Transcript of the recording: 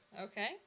Okay